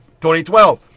2012